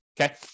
Okay